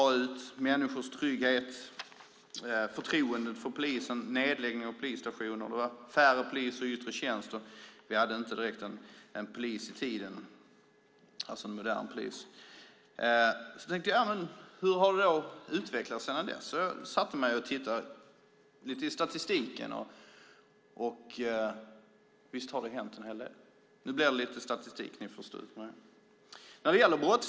Det handlade om människors trygghet, förtroendet för polisen och nedläggning av polisstationer. Det var färre poliser i yttre tjänst, och vi hade inte en polis i tiden, det vill säga en modern polis. Hur har det utvecklats sedan dess? Jag tittade lite i statistiken, och visst har det hänt en hel del. Nu blir det lite statistik. Ni får stå ut med det.